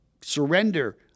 surrender